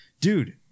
dude